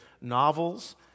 novels